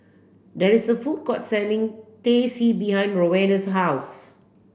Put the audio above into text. there is a food court selling Teh C behind Rowena's house